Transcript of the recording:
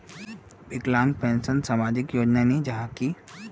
विकलांग पेंशन सामाजिक योजना नी जाहा की?